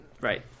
Right